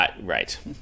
Right